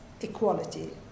equality